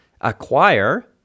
acquire